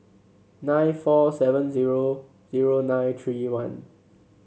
nine four seven zero zero nine three one